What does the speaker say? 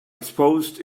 exposed